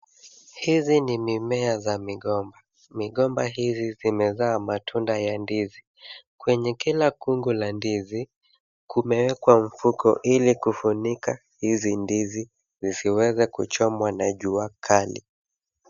Hizi ni mimea za migomba. Migomba hizi zimezaa matunda ya mandizi. Kwenye kila kungu la ndizi, kumewekwa mfuko ili kufunika hizi ndizi zisiweze kuchomwa na jua kali.